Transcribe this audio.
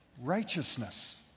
righteousness